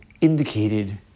indicated